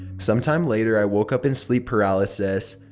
some time later, i woke up in sleep paralysis.